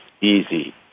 easy